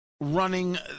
running